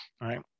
right